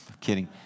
Kidding